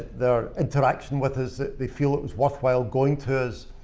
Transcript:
their interaction with us they feel it was worthwhile going to us.